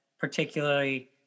particularly